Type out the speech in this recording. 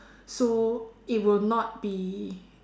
so it will not be